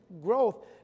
growth